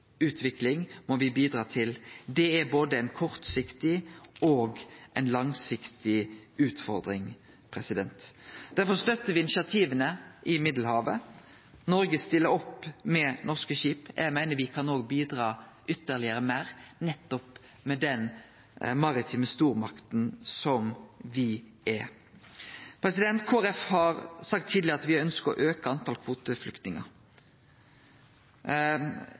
Det er både ei kortsiktig og ei langsiktig utfordring. Derfor støttar me initiativa i Middelhavet. Noreg stiller opp med norske skip. Eg meiner me kan bidra ytterlegare, nettopp som den maritime stormakta som me er. Kristeleg Folkeparti har tidlegare sagt at me ønskjer å